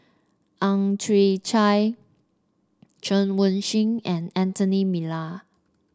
Ang Chwee Chai Chen Wen Hsi and Anthony Miller